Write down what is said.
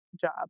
job